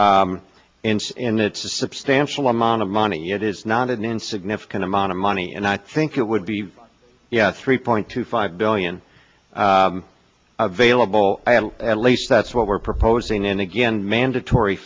inch and it's a substantial amount of money it is not an insignificant amount of money and i think it would be yeah three point two five billion available at least that's what we're proposing and again mandatory